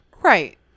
Right